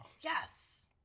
Yes